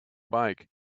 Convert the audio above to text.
bike